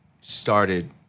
started